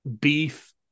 beef